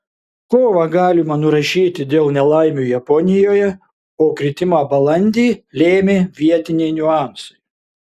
kovą galima nurašyti dėl nelaimių japonijoje o kritimą balandį lėmė vietiniai niuansai